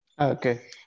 Okay